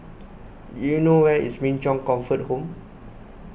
do you know where is Min Chong Comfort Home